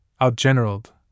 outgeneraled